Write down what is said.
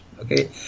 Okay